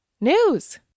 news